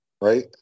Right